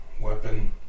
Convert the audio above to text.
weapon